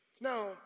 Now